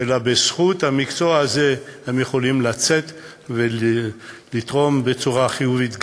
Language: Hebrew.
אלא בזכות המקצוע הזה הם יכולים לצאת ולתרום בצורה חיובית,